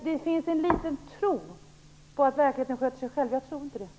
Det finns dock en tro på att verkligheten sköter sig själv, men det tror inte jag.